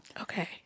Okay